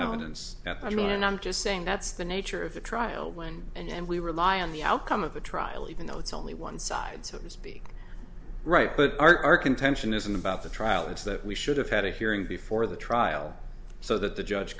mean and i'm just saying that's the nature of the trial when and we rely on the outcome of the trial even though it's only one side so to speak right but our contention isn't about the trial it's that we should have had a hearing before the trial so that the judge